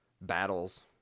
battles